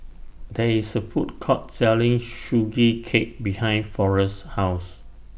There IS A Food Court Selling Sugee Cake behind Forest's House